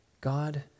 God